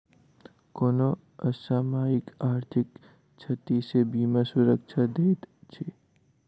कोनो असामयिक आर्थिक क्षति सॅ बीमा सुरक्षा दैत अछि